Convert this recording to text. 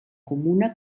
comuna